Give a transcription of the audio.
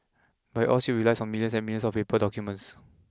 but it all still relies on millions and millions of paper documents